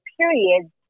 period